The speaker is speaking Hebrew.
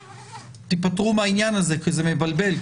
תיפטרו מהעניין הזה כי זה מבלבל,